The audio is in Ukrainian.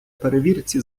перевірці